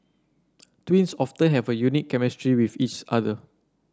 twins often have a unique chemistry with each other